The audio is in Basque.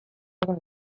egin